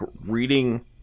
reading –